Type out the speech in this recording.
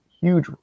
huge